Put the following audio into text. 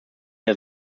der